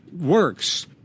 works